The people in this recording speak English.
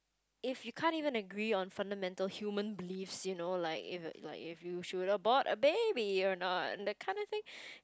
if you can't even agree on fundamental human beliefs you know like if like you should abort a baby or not that kinda thing